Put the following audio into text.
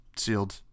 Sealed